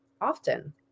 often